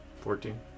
Fourteen